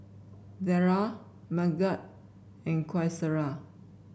Dara Megat and Qaisara